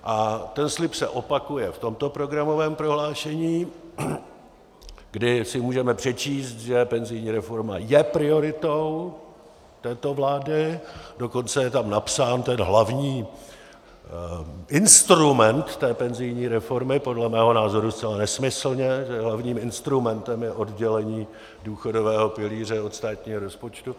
A ten slib se opakuje v tomto programovém prohlášení, kdy si můžeme přečíst, že penzijní reforma je prioritou této vlády, dokonce je tam napsán hlavní instrument té penzijní reformy podle mého názoru zcela nesmyslně, že hlavním instrumentem je oddělení důchodového pilíře od státního rozpočtu.